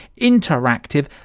interactive